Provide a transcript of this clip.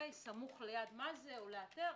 סמוך למה זה או לאתר,